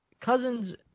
cousin's